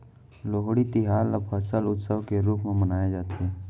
लोहड़ी तिहार ल फसल उत्सव के रूप म मनाए जाथे